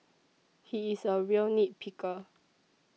he is a real nit picker